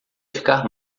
ficar